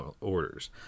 orders